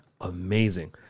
amazing